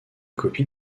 copies